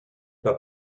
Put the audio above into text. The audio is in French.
pas